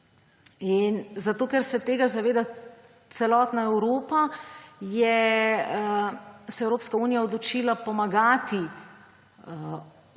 zato, ker se tega zaveda celotna Evropa, se je Evropska unija odločila pomagati,